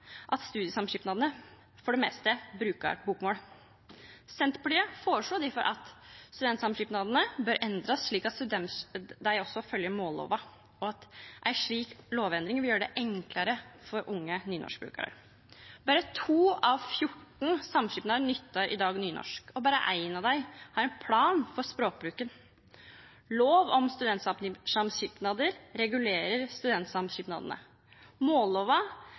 at studentsamskipnadene for det meste brukar bokmål. Senterpartiet føreslo difor at lov om studentsamskipnader bør endrast, slik at studentsamskipnadene òg fylgjer mållova. Ei slik lovendring vil gjera det enklare for unge nynorskbrukarar. Berre to av fjorten samskipnader nyttar i dag nynorsk, og berre éin av dei har ein plan for språkbruken. Lov om studentsamskipnader regulerer studentsamskipnadene, og dei er ikkje underlagde mållova,